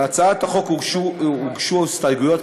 להצעת החוק הוגשו הסתייגויות.